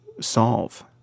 solve